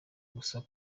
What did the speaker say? gusa